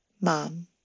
Mom